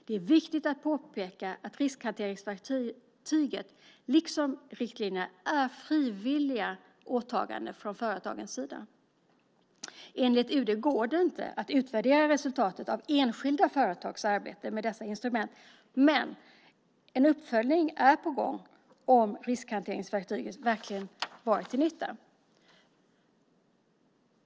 Det är viktigt att påpeka att riskhanteringsverktyget liksom riktlinjerna är frivilliga åtaganden från företagens sida. Enligt UD går det inte att utvärdera resultaten av enskilda företags arbete med dessa instrument, men en uppföljning är på gång om riskhanteringsverktyget verkligen varit till nytta.